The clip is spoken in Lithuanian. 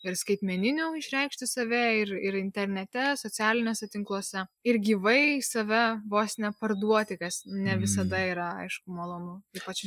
ir skaitmeninių išreikšti save ir ir internete socialiniuose tinkluose ir gyvai save vos neparduoti kas ne visada yra aišku malonu ypač